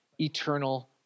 eternal